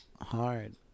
hard